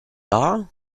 are